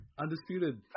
Undisputed